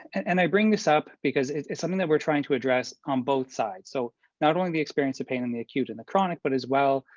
and and i bring this up because it's something that we're trying to address on both sides. so not only the experience of pain in the acute and the chronic, but as well,